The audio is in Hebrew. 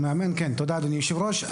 תודה, אדוני יושב הראש.